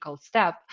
step